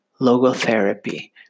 logotherapy